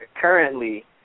Currently